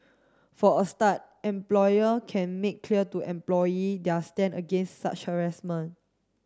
for a start employer can make clear to employee their stand against such harassment